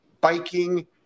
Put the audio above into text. biking